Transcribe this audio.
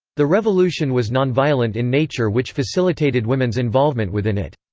the revolution was non-violent in nature which facilitated women's involvement within it.